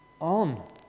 on